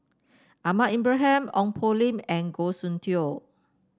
Ahmad Ibrahim Ong Poh Lim and Goh Soon Tioe